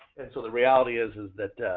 and so the reality is is that